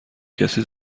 کسی